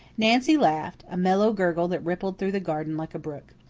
nancy laughed, a mellow gurgle that rippled through the garden like a brook.